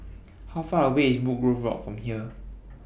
How Far away IS Woodgrove Walk from here